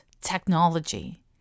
technology